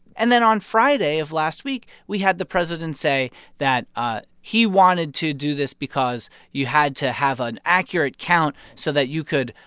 and then on friday of last week, we had the president say that ah he wanted to do this because you had to have an accurate count so that you could,